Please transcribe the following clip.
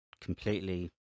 completely